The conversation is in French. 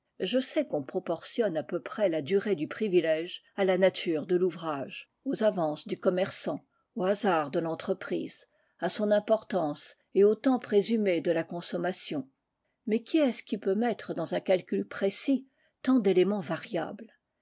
je sais qu'on proportionne à peu près la durée du privilège à la nature de l'ouvrage aux avances du commerçant aux hasards de l'entreprise à son importance et au temps présumé de la consommation mais qui est-ce qui peut mettre dans un calcul précis tant d'éléments variables